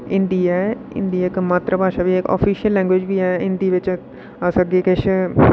हिंदी ऐ हिंदी इक मात्तर भाशा बी ऐ ऑफिशल लैंग्वेज बी ऐ हिंदी बिच्च अस अग्गें किश